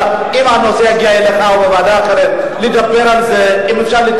חקירה ממלכתית ובוועדת בדיקה ממשלתית,